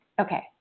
okay